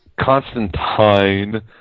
Constantine